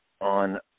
on